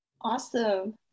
Awesome